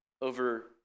over